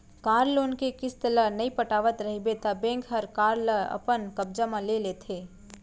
car loan के किस्त ल नइ पटावत रइबे त बेंक हर कार ल अपन कब्जा म ले लेथे